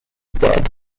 dead